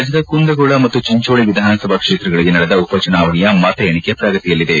ರಾಜ್ಯದ ಕುಂದಗೋಳ ಮತ್ತು ಚಿಂಚೋಳಿ ವಿಧಾನಸಭಾ ಕ್ಷೇತ್ರಗಳಿಗೆ ನಡೆದ ಉಪಚುನಾವಣೆಯ ಮತ ಎಣಿಕೆ ಪ್ರಗತಿಯಲ್ಲಿದೆ